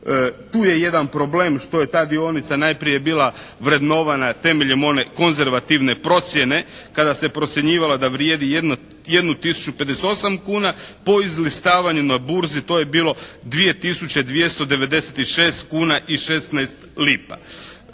Tu je jedan problem što je ta dionica najprije bila vrednovana temeljem one konzervativne procjene kada se procjenjivala jednu tisuću pedeset i osam kuna. Po izlistavanju na burzi to je bilo 2296 kuna i 16 lipa.